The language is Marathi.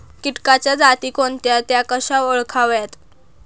किटकांच्या जाती कोणत्या? त्या कशा ओळखाव्यात?